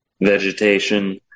Vegetation